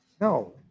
no